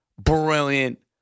brilliant